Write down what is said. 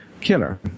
killer